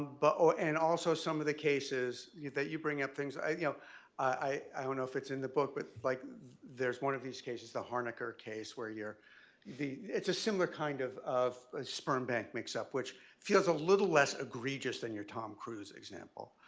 but ah and also some of the cases that you bring up things you know i don't know if it's in the book with like there's one of these cases the harnacker case, where you're the it's a similar kind of of a sperm bank mix-up, which feels a little less egregious than your tom cruise example.